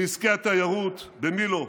בעסקי התיירות, במי לא.